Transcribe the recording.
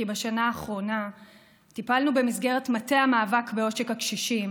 כי בשנה האחרונה טיפלנו במסגרת מטה המאבק בעושק הקשישים